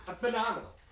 phenomenal